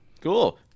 Cool